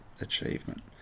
achievement